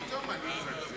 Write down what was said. מה פתאום, אני מזלזל?